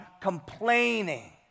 complaining